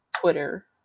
Twitter